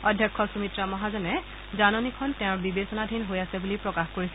অধ্যক্ষ সূমিত্ৰা মহাজনে জাননীখন তেওঁৰ বিবেচনাধীন হৈ আছে বুলি প্ৰকাশ কৰিছে